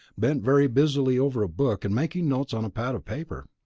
bent very busily over a book and making notes on a pad of paper.